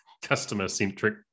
customer-centric